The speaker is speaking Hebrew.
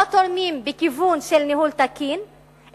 לא תורמות בכיוון של ניהול תקין,